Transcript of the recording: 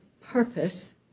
purpose